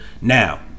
Now